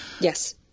yes